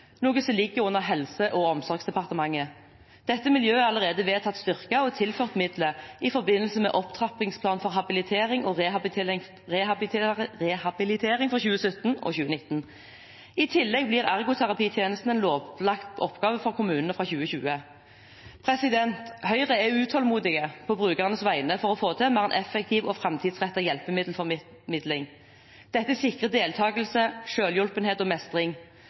noe som ligger under Helse- og omsorgsdepartementet. Dette miljøet er allerede vedtatt styrket og tilført midler i forbindelse med opptrappingsplanen for habilitering og rehabilitering for 2017–2019. I tillegg blir ergoterapitjenesten en lovpålagt oppgave for kommunene fra 2020. Høyre er utålmodige på brukernes vegne for å få til en mer effektiv og framtidsrettet hjelpemiddelformidling. Dette sikrer deltakelse, selvhjulpenhet og mestring.